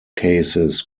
cases